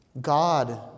God